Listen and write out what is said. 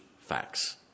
facts